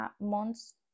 months